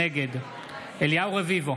נגד אליהו רביבו,